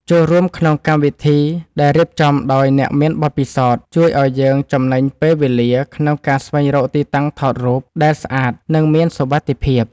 ចូលរួមក្នុងកម្មវិធីដែលរៀបចំដោយអ្នកមានបទពិសោធន៍ជួយឱ្យយើងចំណេញពេលវេលាក្នុងការស្វែងរកទីតាំងថតរូបដែលស្អាត និង មានសុវត្ថិភាព។